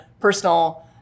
personal